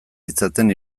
ditzaten